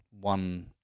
One